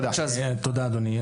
תודה, אדוני.